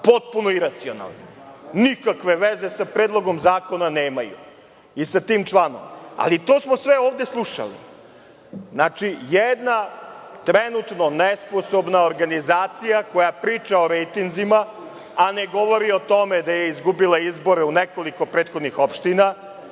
Potpuno iracionalno, nikakve veze sa Predlogom zakona nemaju i sa tim članom, ali to smo sve ovde slušali. Znači, trenutno nesposobna organizacija koja priča o rejtinzima, a ne govori o tome da je izgubila izbore u nekoliko opština,